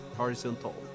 horizontal